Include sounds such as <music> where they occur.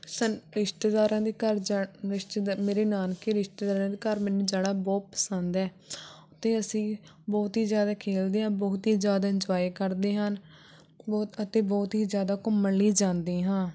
<unintelligible> ਰਿਸ਼ਤੇਦਾਰਾਂ ਦੇ ਘਰ ਜਾਣਾ ਰਿਸ਼ਤੇਦਾਰ ਮੇਰੇ ਨਾਨਕੇ ਰਿਸ਼ਤੇਦਾਰਾਂ ਦੇ ਘਰ ਮੈਨੂੰ ਜਾਣਾ ਬਹੁਤ ਪਸੰਦ ਹੈ ਅਤੇ ਅਸੀਂ ਬਹੁਤ ਹੀ ਜ਼ਿਆਦਾ ਖੇਡਦੇ ਹਾਂ ਬਹੁਤ ਹੀ ਜ਼ਿਆਦਾ ਇੰਨਜੁਆਏ ਕਰਦੇ ਹਾਂ ਬਹੁਤ ਅਤੇ ਬਹੁਤ ਹੀ ਜ਼ਿਆਦਾ ਘੁੰਮਣ ਲਈ ਜਾਂਦੇ ਹਾਂ